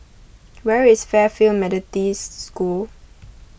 where is Fairfield Methodist School